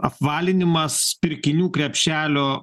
apvalinimas pirkinių krepšelio